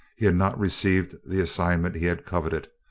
he had not received the assignment he had coveted,